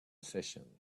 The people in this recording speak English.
session